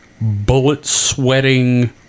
bullet-sweating